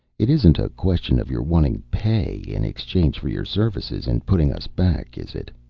it isn't a question of your wanting pay in exchange for your services in putting us back, is it?